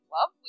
love